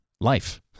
life